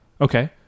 Okay